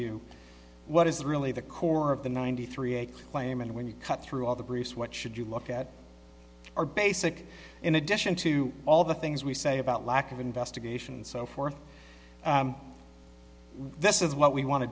you what is really the core of the ninety three a claim and when you cut through all the briefs what should you look at our basic in addition to all the things we say about lack of investigation and so forth this is what we want to